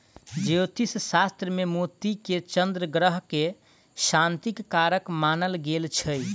ज्योतिष शास्त्र मे मोती के चन्द्र ग्रह के शांतिक कारक मानल गेल छै